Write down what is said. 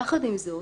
יחד עם זאת